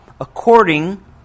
according